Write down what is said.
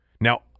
Now